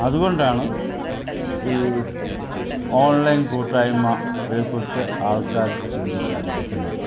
അതുകൊണ്ടാണ് ഈ ഓൺലൈൻ കൂട്ടായ്മയെക്കുറിച്ച് ആൾക്കാർ ചിന്തിക്കാതിരിക്കുന്നത്